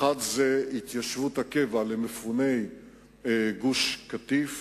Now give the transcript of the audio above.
האחד הוא התיישבות הקבע למפוני גוש-קטיף